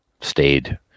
stayed